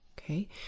Okay